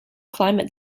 climate